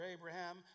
Abraham